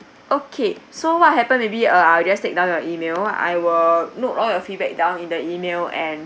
okay so what happen maybe uh I'll just take down your email I will note all your feedback down in the email and